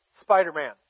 Spider-Man